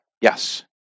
Yes